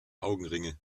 augenringe